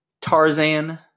Tarzan